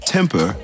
Temper